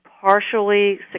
partially